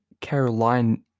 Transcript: Caroline